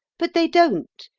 but they don't.